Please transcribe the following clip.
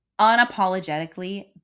unapologetically